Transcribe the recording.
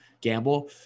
gamble